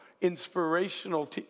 inspirational